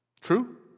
True